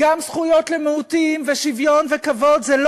לא